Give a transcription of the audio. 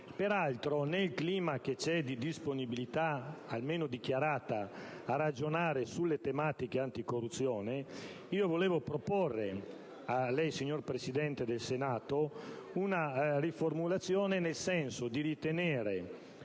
Peraltro, nel clima di disponibilità, almeno dichiarata, a ragionare sulle tematiche anticorruzione, vorrei proporre a lei, signor Presidente del Senato, una riformulazione, nel senso di mantenere